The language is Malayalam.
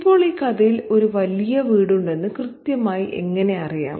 ഇപ്പോൾ ഈ കഥയിൽ ഒരു വലിയ വീടുണ്ടെന്ന് കൃത്യമായി എങ്ങനെ അറിയാം